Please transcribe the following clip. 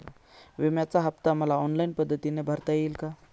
विम्याचा हफ्ता मला ऑनलाईन पद्धतीने भरता येईल का?